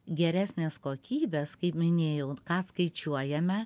geresnės kokybės kaip minėjau ką skaičiuojame